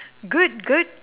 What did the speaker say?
good good